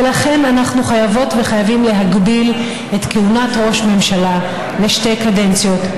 ולכן אנחנו חייבות וחייבים להגביל את כהונת ראש הממשלה לשתי קדנציות,